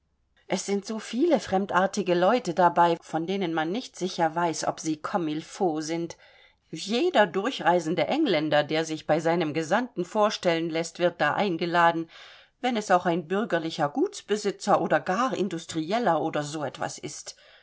es sind so viele fremdartige leute dabei von denen man nicht sicher weiß ob sie comme il faut sind jeder durchreisende engländer der sich bei seinem gesandten vorstellen läßt wird da eingeladen wenn es auch ein bürgerlicher gutsbesitzer oder gar industrieller oder so etwas ist